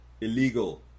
illegal